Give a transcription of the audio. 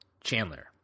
Chandler